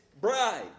bride